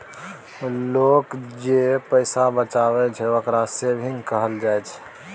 लोक जे पैसा बचाबइ छइ, ओकरा सेविंग कहल जाइ छइ